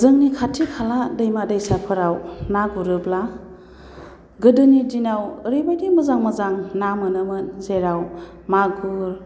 जोंनि खाथि खाला दैमा दैसाफोराव ना गुरोब्ला गोदोनि दिनाव ओरैबायदि मोजां मोजां ना मोनोमोन जेराव मागुर